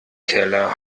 keller